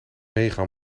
mega